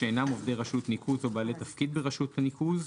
שאינם עובדי רשות ניקוז או בעלי תפקיד ברשות ניקוז,